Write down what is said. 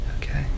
Okay